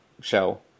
show